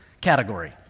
category